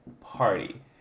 party